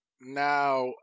now